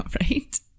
right